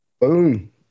Boom